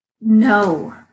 No